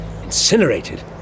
incinerated